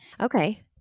okay